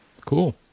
Cool